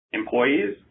employees